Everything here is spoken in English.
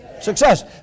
Success